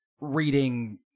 reading